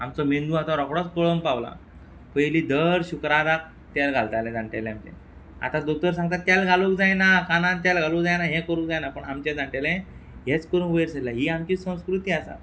आमचो मेंदू आ तो रोकडोच पळन पावला पयलीं दर शुक्राराक तेल घालताले जाण्टेले आमचे आतां दोतोर सांगता तेल घालूक जायना कानान तेल घालूं जायना हें करूं जायना पण आमचे जाण्टेले हेंच करून वयर सल्ल्या ही आमची संस्कृती आसा